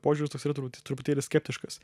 požiūris toks yra trup truputėlį skeptiškas